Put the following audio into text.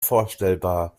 vorstellbar